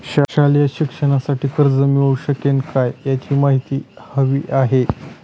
शालेय शिक्षणासाठी कर्ज मिळू शकेल काय? याची माहिती हवी आहे